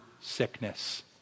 sickness